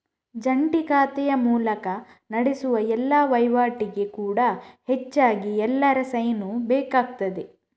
ಜಂಟಿ ಖಾತೆಯ ಮೂಲಕ ನಡೆಸುವ ಎಲ್ಲಾ ವೈವಾಟಿಗೆ ಕೂಡಾ ಹೆಚ್ಚಾಗಿ ಎಲ್ಲರ ಸೈನು ಬೇಕಾಗ್ತದೆ